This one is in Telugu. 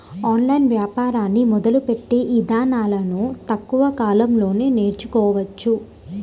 ఆన్లైన్ వ్యాపారాన్ని మొదలుపెట్టే ఇదానాలను తక్కువ కాలంలోనే నేర్చుకోవచ్చు